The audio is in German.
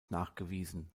nachgewiesen